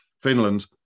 Finland